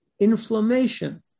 inflammation